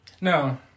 No